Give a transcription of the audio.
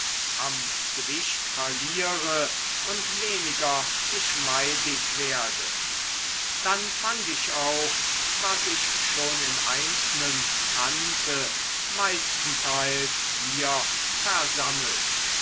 am gewicht verliere und weniger geschmeidig werde dann fand ich auch was ich schon im einzelnen kannte meistenteils hier versammelt